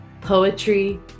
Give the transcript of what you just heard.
poetry